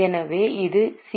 எனவே இது சி